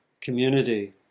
community